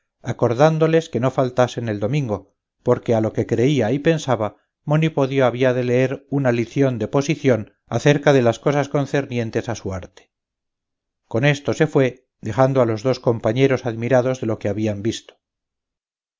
acordándoles que no faltasen el domingo porque a lo que creía y pensaba monipodio había de leer una lición de posición acerca de las cosas concernientes a su arte con esto se fue dejando a los dos compañeros admirados de lo que habían visto